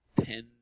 ten